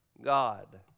god